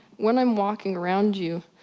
when i'm walking around you,